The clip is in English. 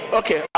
okay